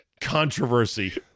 controversy